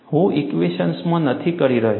હું ઇક્વેશન્સમાં નથી કરી રહ્યો